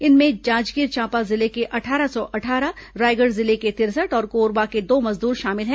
इनमें जांजगीर चांपा जिले के अट्ठारह सौ अट्ठारह रायगढ़ जिले के तिरसठ और कोरबा के दो मजदूर शामिल हैं